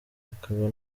akaba